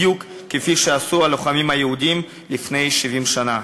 בדיוק כפי שעשו הלוחמים היהודים לפני 70 שנה,